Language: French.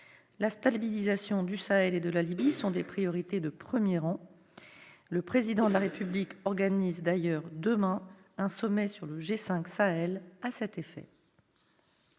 La stabilisation du Sahel et celle de la Libye sont des priorités de premier rang. Le Président de la République organise d'ailleurs demain un sommet à cet effet